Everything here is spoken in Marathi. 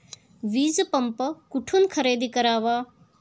वीजपंप कुठून खरेदी करावा?